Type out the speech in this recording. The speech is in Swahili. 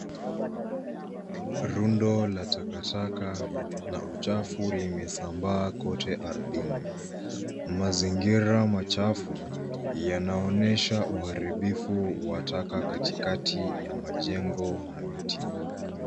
Rundo la takataka na uchafu, limesambaa kote ardhini. Mazingira machafu yanaonyesha uharibifu wa taka katikati ya majengo na miti.